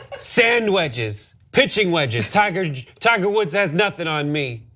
sand wedges, pitching wedges, tiger tiger woods has nothing on me.